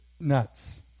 nuts